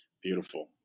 Beautiful